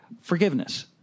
forgiveness